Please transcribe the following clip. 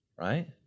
right